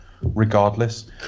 regardless